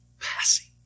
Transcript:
passing